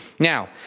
Now